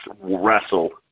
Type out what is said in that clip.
wrestle